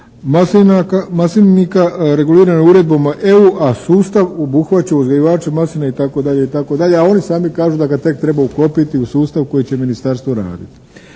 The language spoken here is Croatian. maslinika regulirano je uredbom EU, a sustav obuhvaća uzgajivače maslina itd., itd., a oni sami kažu da ga tek treba uklopiti u sustav koji će ministarstvo raditi.